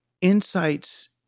insights